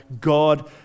God